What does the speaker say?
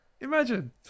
Imagine